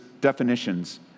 definitions